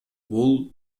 бул